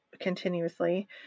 continuously